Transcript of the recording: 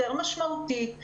יותר משמעותית,